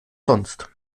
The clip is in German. sonst